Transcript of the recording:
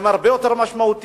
הם הרבה יותר משמעותיים,